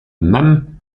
mame